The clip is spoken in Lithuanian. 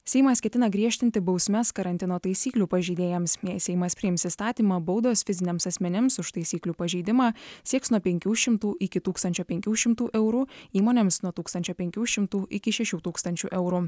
seimas ketina griežtinti bausmes karantino taisyklių pažeidėjams seimas priims įstatymą baudos fiziniams asmenims už taisyklių pažeidimą sieks nuo penkių šimtų iki tūkstančio penkių šimtų eurų įmonėms nuo tūkstančio penkių šimtų iki šešių tūkstančių eurų